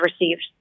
received